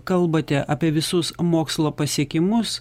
kalbate apie visus mokslo pasiekimus